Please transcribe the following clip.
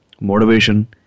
motivation